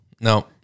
No